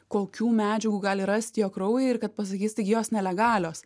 kokių medžiagų gali rasti jo kraujyj ir kad pasakys taigi jos nelegalios